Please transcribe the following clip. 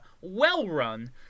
well-run